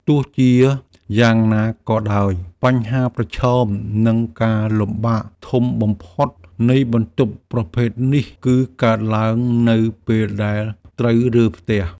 ទោះជាយ៉ាងណាក៏ដោយបញ្ហាប្រឈមនិងការលំបាកធំបំផុតនៃបន្ទប់ប្រភេទនេះគឺកើតឡើងនៅពេលដែលត្រូវរើផ្ទះ។